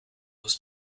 was